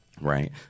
right